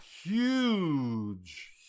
huge